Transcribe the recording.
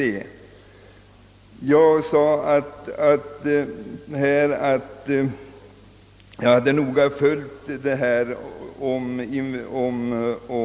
Det må nu vara hur som helst med den saken.